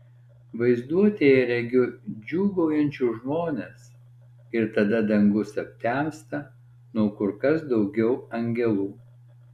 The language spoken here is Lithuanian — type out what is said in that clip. vaizduotėje regiu džiūgaujančius žmones ir tada dangus aptemsta nuo kur kas daugiau angelų